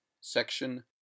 Section